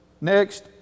Next